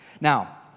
Now